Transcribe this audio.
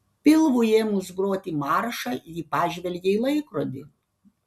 pilvui ėmus groti maršą ji pažvelgė į laikrodį